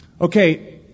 Okay